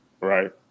Right